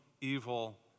evil